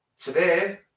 Today